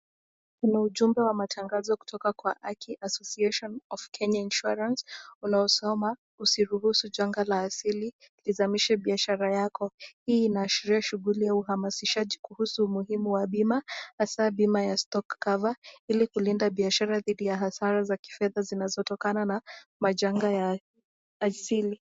Kuna ujumbe wa matangazo kutoka kwa Haki Association of Kenya Insurance unaosoma, usiruhusu janga la asili izamishe biashara yako. Hii inaashiria shughuli ya uhamasishaji kuhusu umuhimu wa bima hasa bima ya stock cover ili kulinda biashara dhidi ya hasara za kifedha zinazotokana na majanga ya asili.